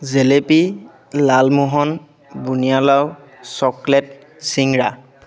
জেলেপি লালমোহন বুন্দিয়ালাড়ু চকলেট চিংৰা